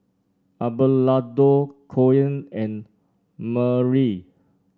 Abelardo Koen and Marely